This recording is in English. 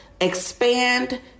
expand